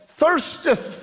thirsteth